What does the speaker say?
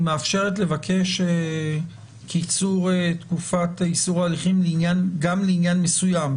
מאפשרת לבקש קיצור תקופת איסור ההליכים גם לעניין מסוים,